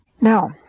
Now